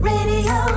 Radio